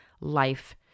life